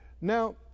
Now